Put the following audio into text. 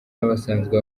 n’abasanzwe